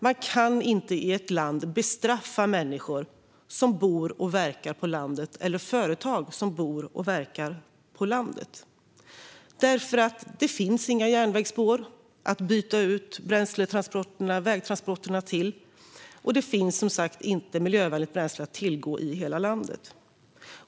Man kan inte bestraffa människor som bor och verkar på landet eller företag som verkar på landet. Det finns inga järnvägsspår att byta ut vägtransporterna till, och det finns som sagt inte tillgång till miljövänligt bränsle i hela landet.